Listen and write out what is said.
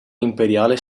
imperiale